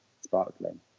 sparkling